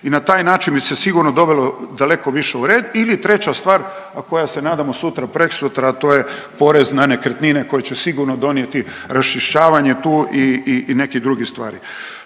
i na taj način bi se sigurno dovelo daleko više u red ili treća stvar, a koja se nadamo sutra, preksutra to je porez na nekretnine koje će sigurno donijeti raščišćavanje tu i neke druge stvari.